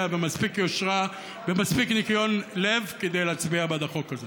ומספיק יושרה ומספיק ניקיון לב כדי להצביע בעד החוק הזה.